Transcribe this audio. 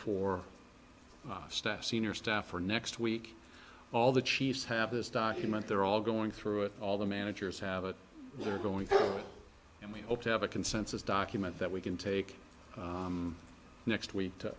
for staff senior staff for next week all the chiefs have this document they're all going through it all the managers have it they're going through and we hope to have a consensus document that we can take next week to